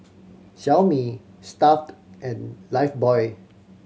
Xiaomi Stuff'd and Lifebuoy